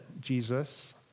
Jesus